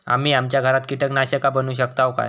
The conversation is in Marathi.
आम्ही आमच्या घरात कीटकनाशका बनवू शकताव काय?